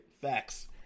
Facts